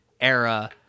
era